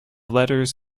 letters